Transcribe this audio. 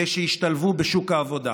אלה שהשתלבו בשוק העבודה